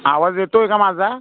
आवाज येतोय का माझा